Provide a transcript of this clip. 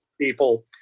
people